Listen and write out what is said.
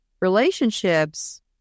Relationships